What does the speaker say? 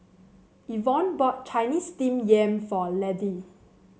Yvonne bought Chinese Steamed Yam for Laddie